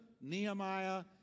Nehemiah